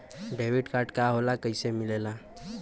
Debit card का होला कैसे मिलेला?